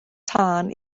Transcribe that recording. tân